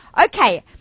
Okay